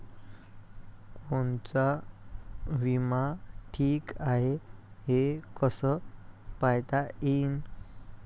कोनचा बिमा ठीक हाय, हे कस पायता येईन?